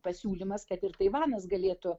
pasiūlymas kad ir taivanas galėtų